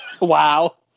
wow